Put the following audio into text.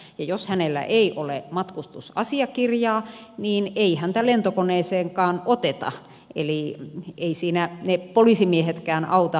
ja jos hänellä ei ole matkustusasiakirjaa niin ei häntä lentokoneeseenkaan oteta eli eivät ne poliisimiehetkään siinä vierellä auta